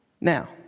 Now